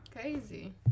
Crazy